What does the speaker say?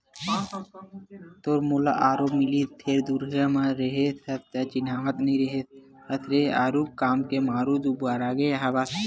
तोर मोला आरो मिलिस फेर दुरिहा म रेहे हस त चिन्हावत नइ रेहे हस रे आरुग काम के मारे दुबरागे हवस